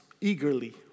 eagerly